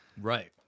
right